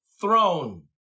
throne